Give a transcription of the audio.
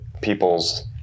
people's